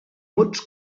mots